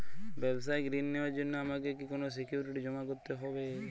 ব্যাবসায়িক ঋণ নেওয়ার জন্য আমাকে কি কোনো সিকিউরিটি জমা করতে হবে?